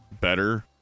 better